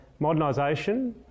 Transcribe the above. modernisation